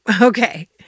Okay